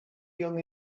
young